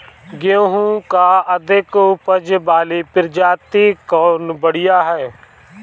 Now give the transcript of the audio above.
गेहूँ क अधिक ऊपज वाली प्रजाति कवन बढ़ियां ह?